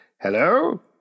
hello